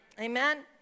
Amen